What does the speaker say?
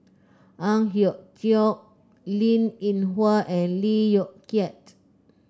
Ang Hiong Chiok Linn In Hua and Lee Yong Kiat